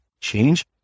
change